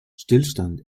stillstand